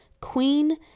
queen